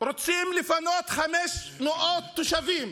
רוצים לפנות 500 תושבים,